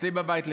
אצלי בבית,